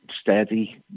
Steady